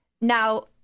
Now